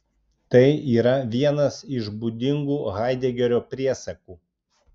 tai yra vienas iš būdingų haidegerio priesakų